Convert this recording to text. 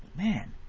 man,